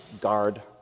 Guard